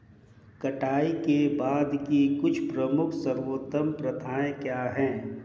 कटाई के बाद की कुछ प्रमुख सर्वोत्तम प्रथाएं क्या हैं?